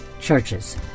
churches